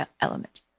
element